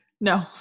No